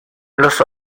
los